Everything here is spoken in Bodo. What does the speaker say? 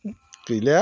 गैले